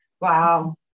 Wow